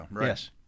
Yes